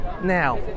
Now